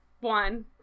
one